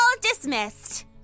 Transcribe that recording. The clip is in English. dismissed